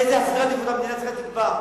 איזה סדרי עדיפויות מדינת ישראל תקבע?